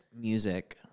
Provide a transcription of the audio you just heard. music